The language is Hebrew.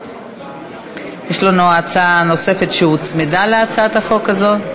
יש לנו הצעה נוספת שהוצמדה להצעת החוק הזאת.